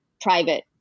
private